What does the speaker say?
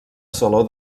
saló